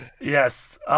Yes